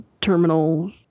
terminal